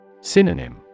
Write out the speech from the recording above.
Synonym